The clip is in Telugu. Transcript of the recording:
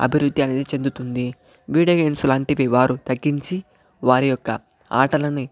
అభివృద్ధి అనేది చెందుతుంది వీడియో గేమ్స్ లాంటివి వారు తగ్గించి వారి యొక్క ఆటలని